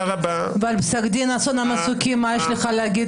על פסק דין אסון המסוקים, מה יש לך להגיד?